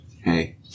Hey